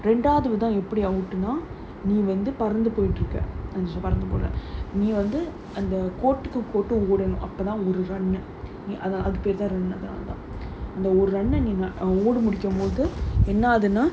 ரெண்டாவது விதம் எப்படி:rendaavathu vitham eppadi out நீ வந்து பறந்து போயிட்டு இருக்க கொஞ்சம் பறந்து போற நீ வந்து அந்த கோட்டுக்கு போட்டு ஓடனும் அப்பதான் ஒரு:nee vanthu padranthu poyittu irukka konjam paranthu pora nee vanthu antha kottukku pottu odanum appathaan oru run அது பேரு தான்:athu peru thaan run uh அந்த ஒரு:antha oru run ah நீங்க ஓடி முடிக்கமோது என்னாகுதுனா:neenga odi mudikkamothu ennaaguthunaa